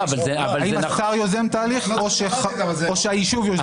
האם השר יוזם את ההליך או שהיישוב יוזם את ההליך.